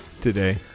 today